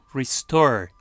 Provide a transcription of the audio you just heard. restore